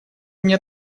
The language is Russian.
мне